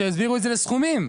כשהעבירו את זה לסכומים.